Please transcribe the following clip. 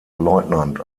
lieutenant